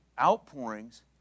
outpourings